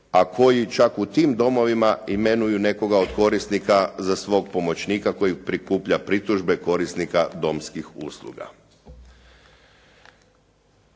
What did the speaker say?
a koji čak u tim domovima imenuju od korisnika za svog pomoćnika koji prikuplja pritužbe korisnika domskih usluga.